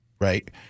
right